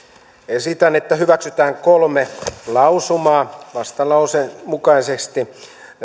esitän että hyväksytään kolme lausumaa vastalauseen mukaisesti